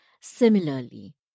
similarly